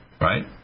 right